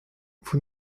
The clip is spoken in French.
vous